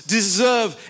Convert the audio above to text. deserve